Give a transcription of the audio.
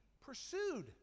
pursued